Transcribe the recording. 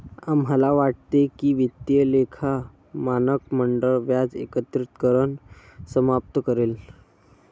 आम्हाला वाटते की वित्तीय लेखा मानक मंडळ व्याज एकत्रीकरण समाप्त करेल